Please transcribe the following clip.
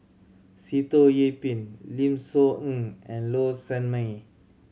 Sitoh Yih Pin Lim Soo Ngee and Low Sanmay